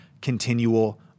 continual